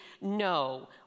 No